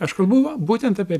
aš kalbu va būtent apie